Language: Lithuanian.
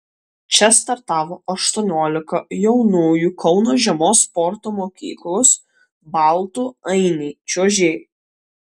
čia startavo aštuoniolika jaunųjų kauno žiemos sporto mokyklos baltų ainiai čiuožėjų